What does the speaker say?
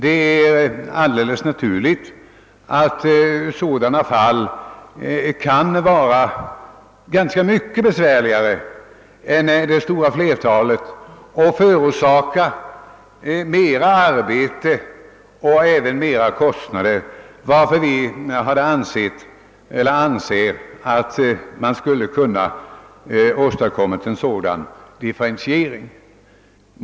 Det är alldeles naturligt att sådana fall kan vara ganska mycket besvärligare än det stora flertalet och för orsaka mera arbete och även större kostnader. Av den anledningen anser vi att en differentiering borde införas.